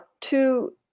two